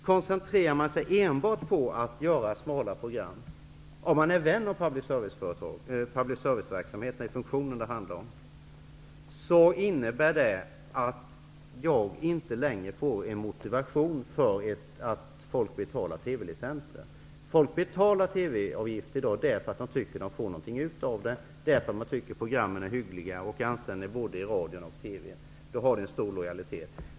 Koncentrerar man sig enbart på att göra smala program och inte är rädd om public serviceverksamheten -- det är ju funktionen det handlar om -- innebär det att jag inte längre får en motivation för att betala TV-licensen. Folk betalar TV-avgiften därför att de tycker att de får någonting för den och därför att de tycker att programmen är hyggliga och anständiga både i radio och TV. Då känner folk stor lojalitet.